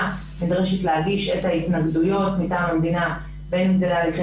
נדרשת להגיש את ההתנגדויות מטעם המדינה בין בהליכי